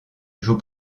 joue